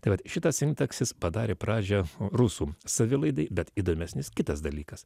tai vat šitas sintaksis padarė pradžią rusų savilaidai bet įdomesnis kitas dalykas